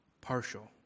partial